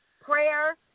prayer